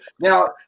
Now